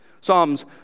Psalms